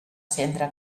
cendra